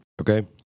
Okay